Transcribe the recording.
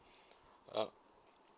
uh